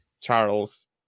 Charles